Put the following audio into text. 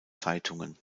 zeitungen